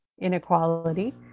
inequality